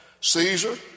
Caesar